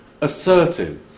assertive